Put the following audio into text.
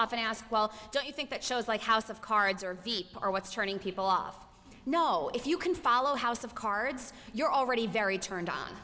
often ask well do you think that shows like house of cards are veep or what's turning people off know if you can follow house of cards you're already very turned on